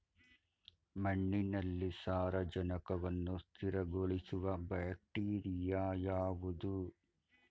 ಮಣ್ಣಿನಲ್ಲಿ ಸಾರಜನಕವನ್ನು ಸ್ಥಿರಗೊಳಿಸುವ ಬ್ಯಾಕ್ಟೀರಿಯಾ ಯಾವುದು?